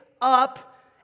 up